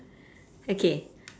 okay